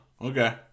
okay